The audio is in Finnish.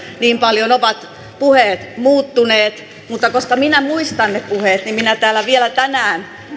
niin paljon ovat puheet muuttuneet mutta koska minä muistan ne puheet niin minä täällä vielä tänään